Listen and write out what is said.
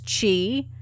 chi